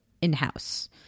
in-house